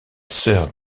sœur